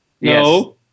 No